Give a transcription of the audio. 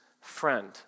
friend